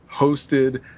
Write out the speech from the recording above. hosted